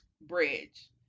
Bridge